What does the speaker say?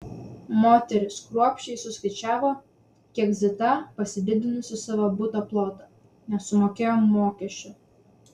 moterys kruopščiai suskaičiavo kiek zita pasididinusi savo buto plotą nesumokėjo mokesčių